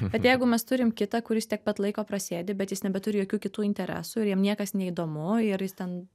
bet jeigu mes turim kitą kuris tiek pat laiko prasėdi bet jis nebeturi jokių kitų interesų ir jam niekas neįdomu ir jis ten